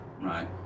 Right